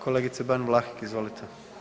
Kolegice Ban Vlahek, izvolite.